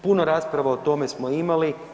Puno rasprava o tome smo imali.